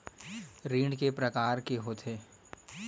ऋण के प्रकार के होथे?